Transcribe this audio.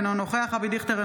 אינו נוכח אבי דיכטר,